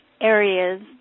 areas